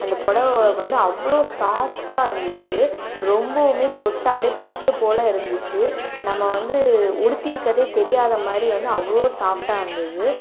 அந்தப் புடவ வந்து அவ்வளோ சாஃப்ட்டாக இருந்துச்சு ரொம்பவுமே தொட்டால் அப்படியே பட்டு போல் இருந்துச்சு நம்ம வந்து உடுத்திருக்கறதே தெரியாத மாரி வந்து அவ்வளோ சாஃப்ட்டாக இருந்துது